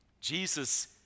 Jesus